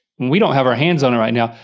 we don't have our hands on it right now,